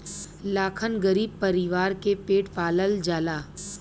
लाखन गरीब परीवार के पेट पालल जाला